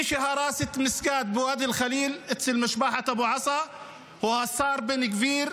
מי שהרס את המסגד בוואדי אל-חליל אצל משפחת אבו עסא הוא השר בן גביר,